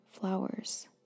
flowers